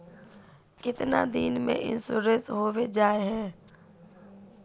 कीतना दिन में इंश्योरेंस होबे जाए है?